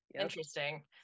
Interesting